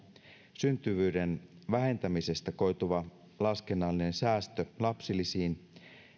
syntyvyyden vähentämisestä koituva laskennallinen säästö lapsilisiin